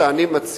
מה שאני מציע.